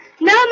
No